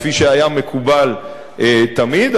כפי שהיה מקובל תמיד,